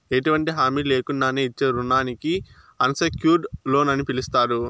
ఎటువంటి హామీ లేకున్నానే ఇచ్చే రుణానికి అన్సెక్యూర్డ్ లోన్ అని పిలస్తారు